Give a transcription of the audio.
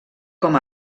com